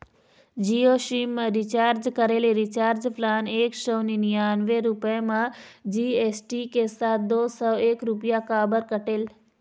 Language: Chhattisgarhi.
जियो सिम मा रिचार्ज करे ले रिचार्ज प्लान एक सौ निन्यानबे रुपए मा जी.एस.टी के साथ दो सौ एक रुपया काबर कटेल?